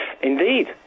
Indeed